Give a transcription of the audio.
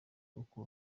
uko